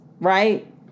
right